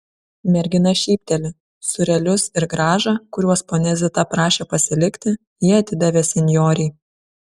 mergina šypteli sūrelius ir grąžą kuriuos ponia zita prašė pasilikti ji atidavė senjorei